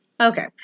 Okay